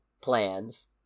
plans